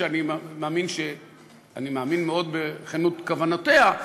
אני מאמין מאוד בכנות כוונותיה,